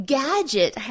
gadget